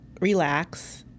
relax